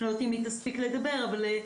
אני לא יודעת אם תספיק לדבר, אבל היא